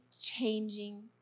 changing